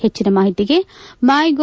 ಹೆಚ್ಚಿನ ಮಾಹಿತಿಗೆ ಮೈ ಗೌ